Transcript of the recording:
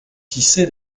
tissé